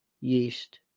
yeast